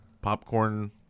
Popcorn